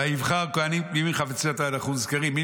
ויבחר כוהנים תמימים חפצי תורה.